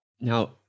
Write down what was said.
Now